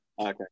Okay